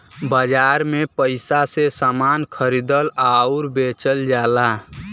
बाजार में पइसा से समान को खरीदल आउर बेचल जाला